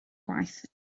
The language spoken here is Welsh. gwaith